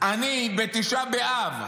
בתשעה באב,